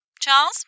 Charles